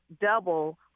double